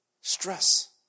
Stress